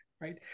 Right